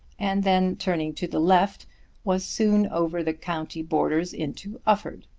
and then turning to the left was soon over the country borders into ufford.